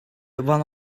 one